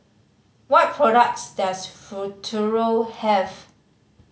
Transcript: what products does Futuro have